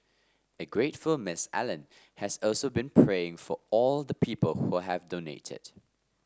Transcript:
a grateful Miss Allen has also been praying for all the people who have donated